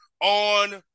on